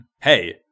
Hey